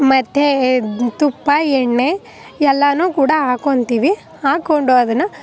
ಮತ್ತೆ ತುಪ್ಪ ಎಣ್ಣೆ ಎಲ್ಲನೂ ಕೂಡ ಹಾಕೊಳ್ತೀವಿ ಹಾಕೊಂಡು ಅದನ್ನು